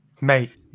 mate